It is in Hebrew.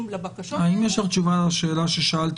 לבקשות האלה --- האם יש לך תשובה על השאלה ששאלתי?